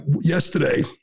Yesterday